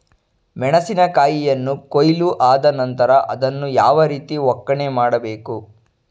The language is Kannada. ಮೆಣಸಿನ ಕಾಯಿಯನ್ನು ಕೊಯ್ಲು ಆದ ನಂತರ ಅದನ್ನು ಯಾವ ರೀತಿ ಒಕ್ಕಣೆ ಮಾಡಬೇಕು?